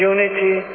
Unity